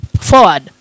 forward